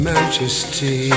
Majesty